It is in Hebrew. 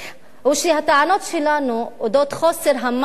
הוא שהטענות שלנו על אודות חוסר המעש